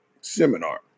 Seminar